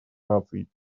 наций